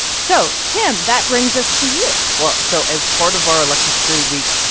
so, tim, that brings us to you well so as part of our election security week,